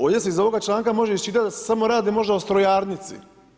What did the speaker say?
Ovdje se iz ovoga članka može isčitati da se samo radi možda o strojarnici.